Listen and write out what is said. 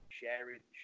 sharing